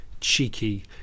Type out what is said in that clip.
cheeky